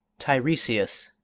teiresias,